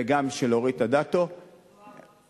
וגם של אורית אדטו, זוארץ.